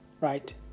right